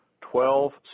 twelve